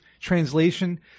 translation